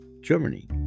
Germany